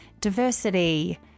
diversity